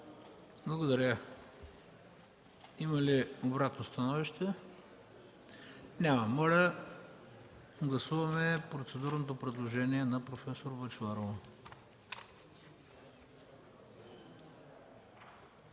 Благодаря. Има ли обратно становище? Няма. Моля да гласуваме процедурното предложение на проф. Бъчварова.